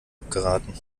abgeraten